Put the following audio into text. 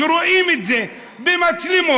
שרואים את זה במצלמות,